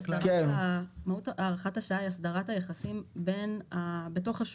מהות הארכת השעה היא הסדרת היחסים בתוך השוק.